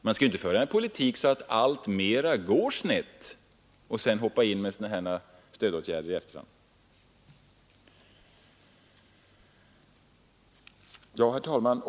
Man skall inte föra en politik som gör att det alltmera går snett och sedan hoppa in med stödåtgärder i efterhand. Herr talman!